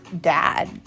dad